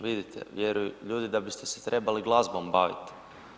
Vidite vjeruju ljudi da biste se trebali glazbom bavi.